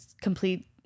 complete